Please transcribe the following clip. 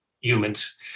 humans